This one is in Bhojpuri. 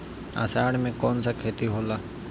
अषाढ़ मे कौन सा खेती होला?